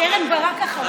קרן ברק אחריו.